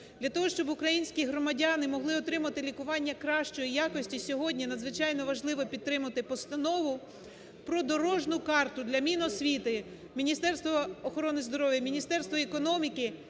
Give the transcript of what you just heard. для того, щоб українські громадяни могли отримати лікування кращої якості, сьогодні надзвичайно важливо підтримати Постанову про дорожню карту для Міносвіти, Міністерства охорони здоров'я, Міністерства економіки,